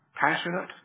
passionate